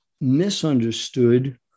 misunderstood